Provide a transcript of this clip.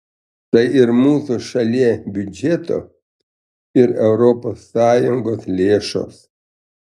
tai ir mūsų šalie biudžeto ir europos sąjungos lėšos